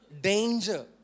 danger